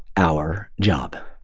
our job.